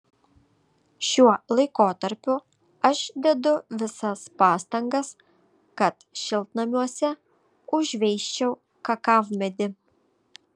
šiuo laikotarpiu aš dedu visas pastangas kad šiltnamiuose užveisčiau kakavmedį